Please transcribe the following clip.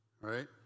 right